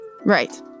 Right